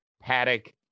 Paddock